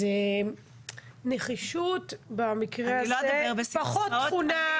אז נחישות במקרה הזה היא פחות תכונה בולטת.